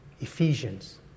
Ephesians